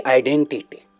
identity